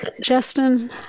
Justin